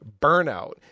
burnout